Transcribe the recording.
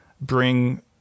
bring